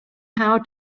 how